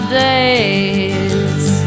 days